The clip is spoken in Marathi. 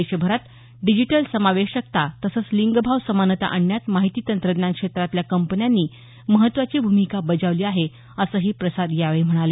देशभरात डिजिटल समावेशकता तसंच लिंगभाव समानता आणण्यात माहिती तंत्रज्ञान क्षेत्रातल्या कंपन्यांनी महत्वाची भूमिका बजावली आहे असं प्रसाद यावेळी म्हणाले